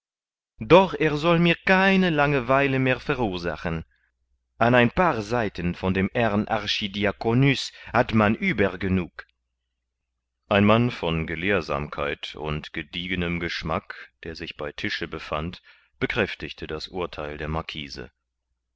doch er soll mir keine langeweile mehr verursachen an ein paar seiten von dem herrn archidiakonus hat man übergenug ein mann von gelehrsamkeit und gediegenem geschmack der sich mit bei tische befand bekräftigte das urtheil der der marquise